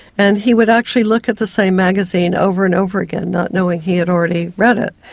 and he would actually look at the same magazine over and over again, not knowing he had already read it.